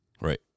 Right